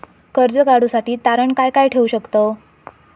कर्ज काढूसाठी तारण काय काय ठेवू शकतव?